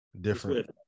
different